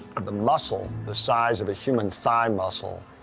the muscle, the size of a human thigh muscle,